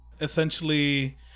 essentially